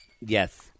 Yes